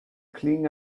clean